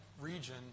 region